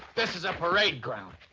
this is a parade ground.